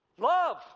Love